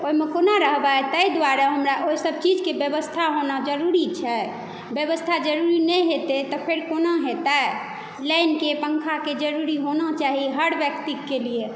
ओहिमे कोना रहबै ताहि दुआरे हमरा ओ सभ चीजके व्यवस्था होना जरूरी छै व्यवस्था जरूरी नहि होतै तऽ फेर कोना होतै लाइन के पंखा के जरूरी होना चाही हर व्यक्तिके लिए